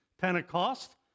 Pentecost